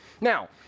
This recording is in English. Now